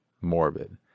Morbid